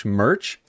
merch